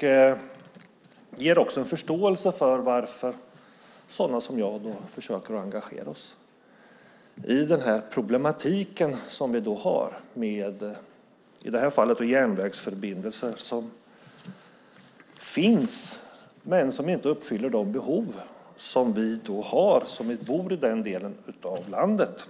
Det ger också en förståelse för varför sådana som jag försöker engagera oss i den problematik som vi har med i det här fallet järnvägsförbindelser som finns men som inte uppfyller de behov som vi som bor i denna del av landet